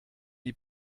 die